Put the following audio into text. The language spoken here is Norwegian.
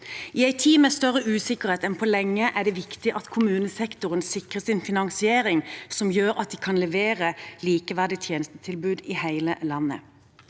I en tid med større usikkerhet enn på lenge er det viktig at kommunesektoren sikres en finansiering som gjør at de kan levere et likeverdig tjenestetilbud i hele landet.